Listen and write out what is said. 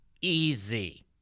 easy